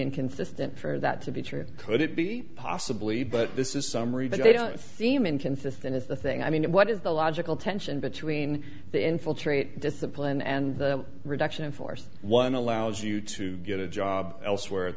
inconsistent for that to be true could it be possibly but this is summary but they don't seem inconsistent is the thing i mean what is the logical tension between the infiltrate discipline and the reduction in force one allows you to get a job elsewhere